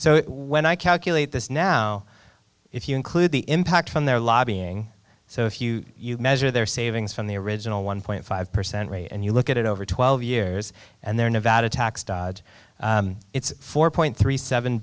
so when i calculate this now if you include the impact from their lobbying so if you measure their savings from the original one point five percent rate and you look at it over twelve years and there nevada tax dodge it's four point three seven